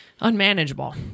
unmanageable